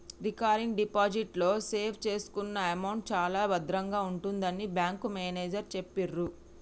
recurring deposit లో save చేసుకున్న amount చాలా భద్రంగా ఉంటుందని బ్యాంకు మేనేజరు చెప్పిర్రు